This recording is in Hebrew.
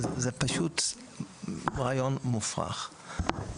זה פשוט רעיון מופרך.